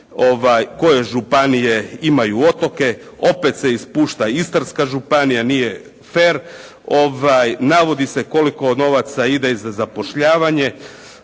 koje županije imaju otoke. Opet se ispušta Istarska županija, nije fer. Navodi se koliko novaca ide i za zapošljavanje.